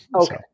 Okay